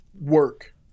work